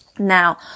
Now